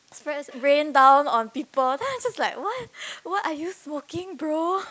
spreads rain down on people then I just like what what are you smoking bro